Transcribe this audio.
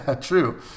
true